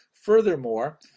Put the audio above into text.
Furthermore